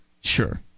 Sure